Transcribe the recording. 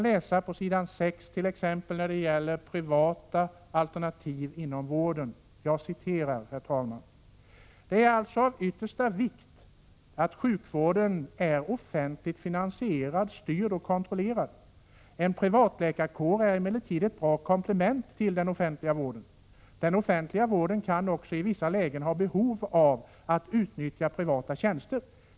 Om exempelvis privata alternativ inom vården står följande på s. 6: ”Det är alltså av yttersta vikt att sjukvården är offentligt finansierad, styrd och kontrollerad. En privatläkarkår är emellertid ett bra komplement till den offentliga vården. Den offentliga vården kan också i vissa lägen ha behov av att utnyttja privata tjänster.